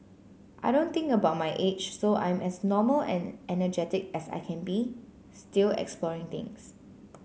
I don't think about my age so I'm as normal and energetic as I can be still exploring things